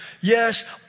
Yes